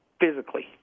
physically